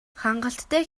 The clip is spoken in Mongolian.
хангалттай